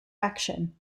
action